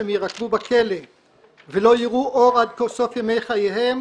שהם ירקבו בכלא ולא יראו אור עד סוף ימי חייהם